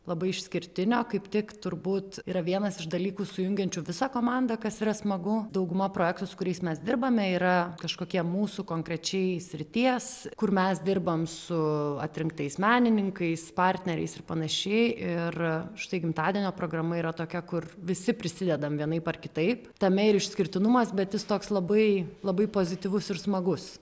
labai išskirtinio kaip tik turbūt yra vienas iš dalykų sujungiančių visą komandą kas yra smagu dauguma projektų su kuriais mes dirbame yra kažkokie mūsų konkrečiai srities kur mes dirbam su atrinktais menininkais partneriais ir panašiai ir štai gimtadienio programa yra tokia kur visi prisidedam vienaip ar kitaip tame ir išskirtinumas bet jis toks labai labai pozityvus ir smagus